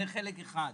זה חלק אחד.